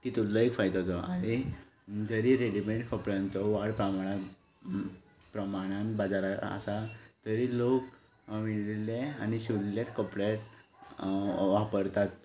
तितूतलो एक फायदो तो आनी जरी रेडीमेट कपड्यांचो वाड पारणान प्रमाणान बाजारान आसा तरी लोक विणिल्ले आनी शिंविल्लेच कपडे वापरतात